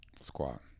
Squat